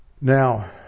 Now